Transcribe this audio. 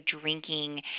drinking